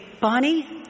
Bonnie